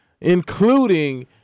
including